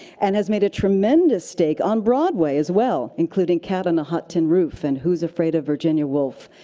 and has made a tremendous stake on broadway as well, including cat on a hot tin roof and who's afraid of virginia woolf?